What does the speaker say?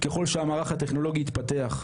ככל שהמערך הטכנולוגי התפתח.